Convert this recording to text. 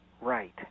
right